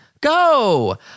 Go